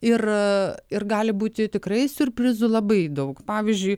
ir ir gali būti tikrai siurprizų labai daug pavyzdžiui